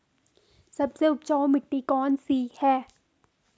सबसे उपजाऊ मिट्टी कौन सी है?